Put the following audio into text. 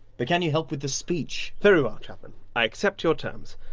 but can you help with the speech? very well, chapman. i accept your terms.